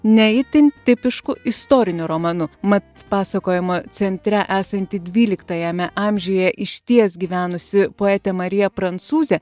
ne itin tipišku istoriniu romanu mat pasakojimo centre esanti dvyliktajame amžiuje išties gyvenusi poetė marija prancūzė